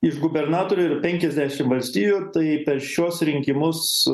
iš gubernatorių ir penkiasdešim valstijų tai per šiuos rinkimus